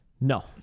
No